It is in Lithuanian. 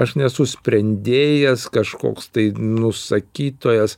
aš nesu sprendėjas kažkoks tai nusakytojas